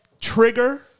trigger